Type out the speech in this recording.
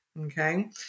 Okay